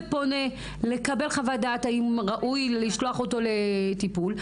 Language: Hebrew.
פונה לקבל חוות דעת האם ראוי לשלוח אותו לטיפול,